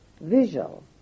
visual